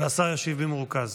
והשר ישיב במרוכז.